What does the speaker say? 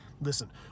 listen